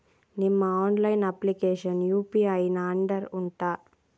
ನಿಮ್ಮ online application UPI ನ under ಉಂಟಾ